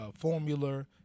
formula